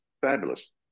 Fabulous